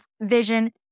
vision